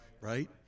Right